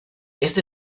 este